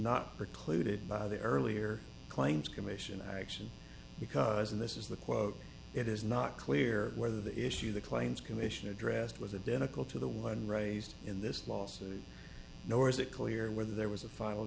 not precluded by the earlier claims commission action because in this is the quote it is not clear whether the issue the claims commission addressed was a democrat to the one raised in this lawsuit nor is it clear whether there was a final